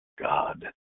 God